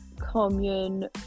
commune